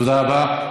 תודה רבה.